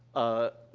ah,